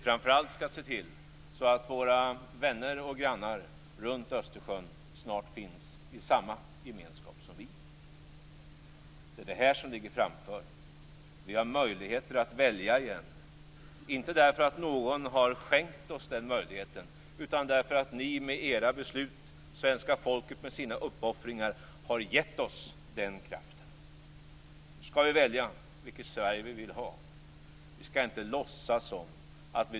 Framför allt skall vi se till att våra vänner och grannar runt Östersjön snart finns i samma gemenskap som vi. Det är detta som ligger framför.